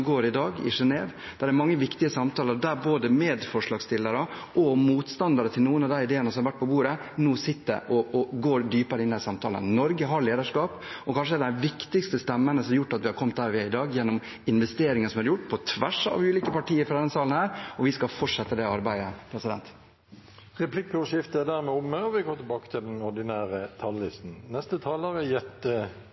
går det diskusjoner i dag i Genève, der det er mange viktige samtaler, der både medforslagsstillere og motstandere av noen av de ideene som har vært på bordet, nå sitter og går dypere inn i de samtalene. Norge har lederskap og kanskje en av de viktigste stemmene, noe som har gjort at vi har kommet dit vi er i dag, gjennom investeringer som har vært gjort, på tvers av ulike partier fra denne salen, og vi skal fortsette det arbeidet. Replikkordskiftet er omme.